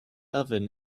oven